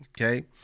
okay